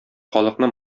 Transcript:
халыкны